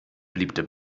beliebte